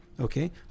okay